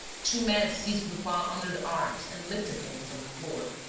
two men seized lupin under the arms and lifted him from the floor.